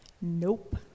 Nope